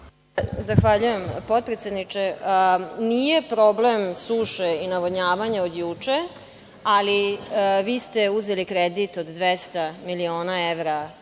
Hvala potpredsedniče. Nije problem suše i navodnjavanja od juče, ali vi ste uzeli kredit od 200 miliona evra